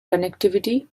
connectivity